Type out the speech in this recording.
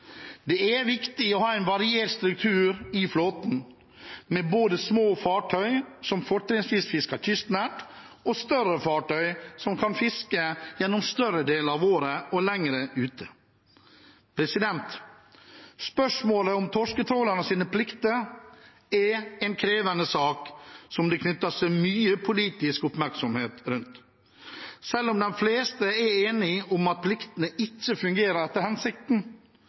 Det er viktig å ha en variert struktur i flåten, med både små fartøy, som fortrinnsvis fisker kystnært, og større fartøy, som kan fiske gjennom større deler av året og lenger ute. Spørsmålet om torsketrålernes plikter er en krevende sak som det knytter seg mye politisk oppmerksomhet rundt. Selv om de fleste er enige om at pliktene ikke fungerer etter hensikten,